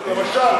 למשל,